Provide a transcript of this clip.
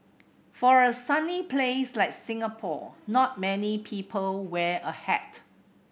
for a sunny place like Singapore not many people wear a hat